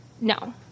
No